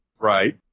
right